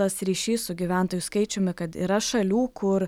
tas ryšys su gyventojų skaičiumi kad yra šalių kur